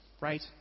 right